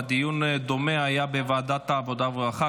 דיון דומה היה בוועדת העבודה והרווחה